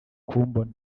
kumbona